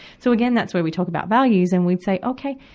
so, again, that's where we talk about values and we'd say, okay.